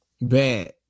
Bad